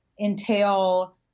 entail